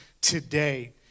today